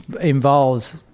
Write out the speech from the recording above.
involves